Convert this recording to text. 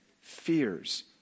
fears